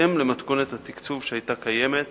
בהתאם למתכונת התקצוב שהיתה קיימת